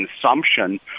consumption